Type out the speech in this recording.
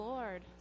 Lord